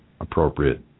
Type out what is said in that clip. appropriate